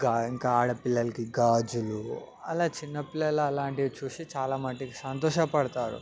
ఇంకా ఇంకా ఆడపిల్లలకి గాజులు అలా చిన్నపిల్లలు అలాంటివి చూసి చాలా మట్టుకి సంతోషపడుతారు